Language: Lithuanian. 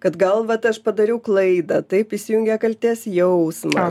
kad gal vat aš padariau klaidą taip įsijungia kaltės jausmas